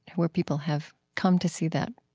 where people have come to see that?